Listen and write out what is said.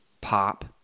pop